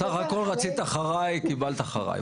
בסך הכל רצית אחריי וקיבלת אחריי,